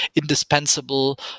indispensable